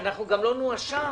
שאנחנו גם לא נואשם